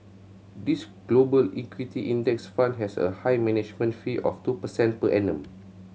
this Global Equity Index Fund has a high management fee of two percent per annum